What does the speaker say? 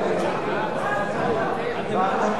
חוק תגמולים לאסירי ציון ולבני-משפחותיהם (תיקון מס' 6),